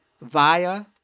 via